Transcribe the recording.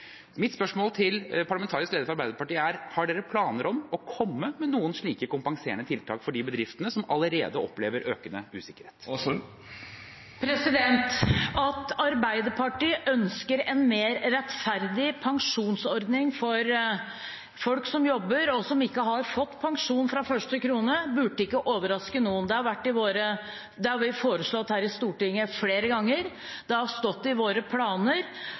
Mitt spørsmål til parlamentarisk leder for Arbeiderpartiet er: Har regjeringen planer om å komme med noen slike kompenserende tiltak for de bedriftene som allerede opplever økende usikkerhet? At Arbeiderpartiet ønsker en mer rettferdig pensjonsordning for folk som jobber, og som ikke har fått pensjon fra første krone, burde ikke overraske noen. Det har vi foreslått her i Stortinget flere ganger, det har stått i våre planer,